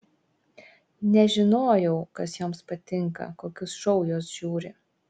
nežinojau kas joms patinka kokius šou jos žiūri